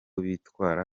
bitwara